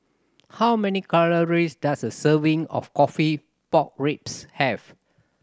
how many calories does a serving of coffee pork ribs have